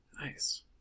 Nice